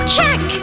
Check